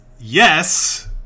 yes